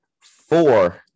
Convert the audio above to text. four